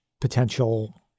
potential